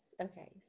okay